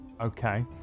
Okay